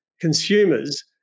consumers